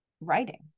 writing